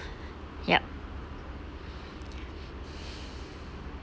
yup